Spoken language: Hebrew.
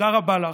תודה רבה לך.